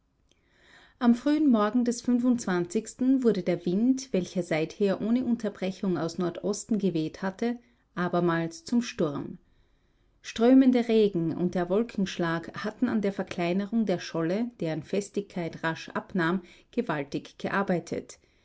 am frühen morgen des wurde der wind welcher seither ohne unterbrechung aus nordosten geweht hatte abermals zum sturm strömende regen und der wogenschlag hatten an der verkleinerung der scholle deren festigkeit rasch abnahm gewaltig gearbeitet